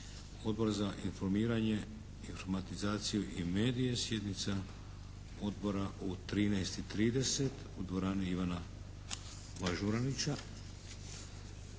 Odbor za informiranje, informatizaciju i medije, sjednica odbora u 13,30 u dvorani "Ivana Mažuranića".